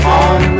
on